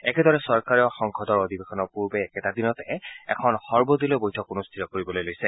একেদৰে চৰকাৰেও সংসদৰ অধিবেশনৰ পূৰ্বে একেটা দিনতে এখন সৰ্বদলীয় বৈঠক অনুষ্ঠিত কৰিবলৈ লৈছে